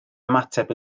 ymateb